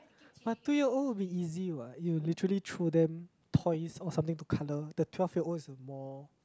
but two year old will be easy what you literally throw them toys or something to colour the twelve years old is a more